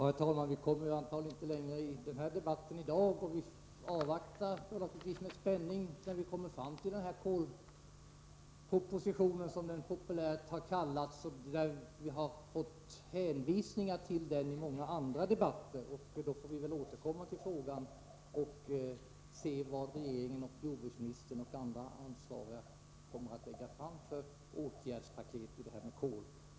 Herr talman! Det går antagligen inte att komma längre i debatten i dag, och vi avvaktar naturligtvis med spänning kolpropositionen, som den populärt har kallats. Det har hänvisats till denna proposition i många andra debatter, och då den framläggs får vi väl återkomma till frågan och se vilket åtgärdspaket regeringen kommer att lägga fram genom jordbruksministern och andra ansvariga.